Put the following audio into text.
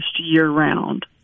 year-round